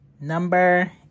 Number